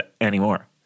anymore